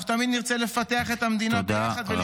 אנחנו תמיד נרצה לפתח את המדינה ביחד,